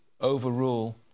overrule